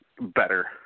better